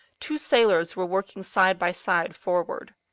two sailors were working side by side forward.